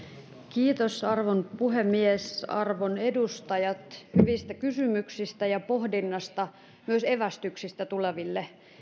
kiitos arvon puhemies kiitos arvon edustajat hyvistä kysymyksistä ja pohdinnasta myös evästyksistä tuleville